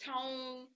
tone